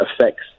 affects